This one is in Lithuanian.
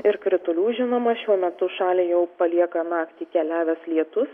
ir kritulių žinoma šiuo metu šalį jau palieka naktį keliavęs lietus